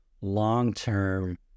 long-term